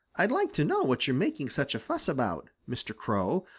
i'd like to know what you're making such a fuss about, mr. crow,